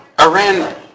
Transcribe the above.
Iran